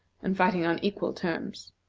and fighting on equal terms.